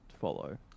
follow